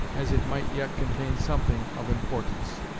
as it might yet contain something of importance.